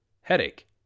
Headache